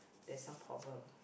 there's some problem